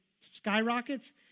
skyrockets